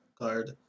card